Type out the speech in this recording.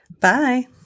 Bye